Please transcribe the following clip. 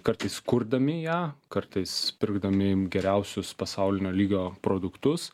kartais kurdami ją kartais pirkdami geriausius pasaulinio lygio produktus